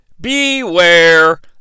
beware